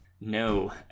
No